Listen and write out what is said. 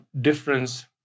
difference